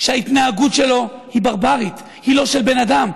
שההתנהגות שלו היא ברברית, היא לא של בן אדם.